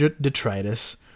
detritus